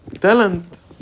Talent